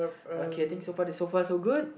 okay think so far this so far so good